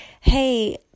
hey